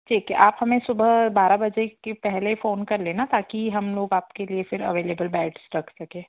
ठीक है आप हमें सुबह बारह बजे के पहले फ़ोन कर लेना ताकि हम लोग आपके लिए फिर अवेलेबल बेड्स रख सकें